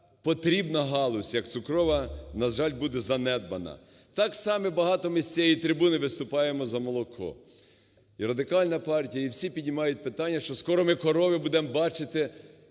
потрібна галузь як цукрова, на жаль, буде занедбана. Так само багато ми з цієї трибуни виступаємо за молоко. І Радикальна партія, і всі піднімають питання, що скоро ми корови будемо бачити